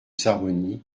harmonies